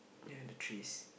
ya the trees